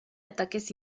ataques